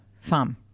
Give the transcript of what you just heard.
Farm